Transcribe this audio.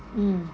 mm